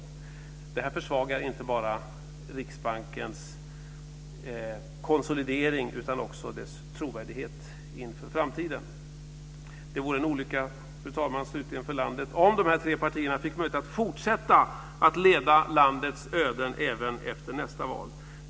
Det försvagar inte bara Riksbankens konsolidering utan också dess trovärdighet inför framtiden. Fru talman! Det vore slutligen en olycka för landet om dessa tre partier fick möjlighet att fortsätta att leda landets öden även efter nästa val.